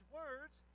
words